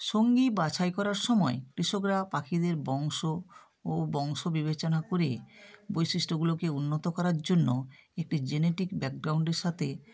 সঙ্গী বাছাই করার সময় কৃষকরা পাখিদের বংশ ও বংশ বিবেচনা করে বৈশিষ্ট্যগুলোকে উন্নত করার জন্য একটি জেনেটিক ব্যাকগ্রাউণ্ডের সাথে